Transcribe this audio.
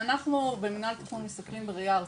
אנחנו במנהל תכנון מסתכלים בראייה ארצית,